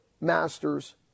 masters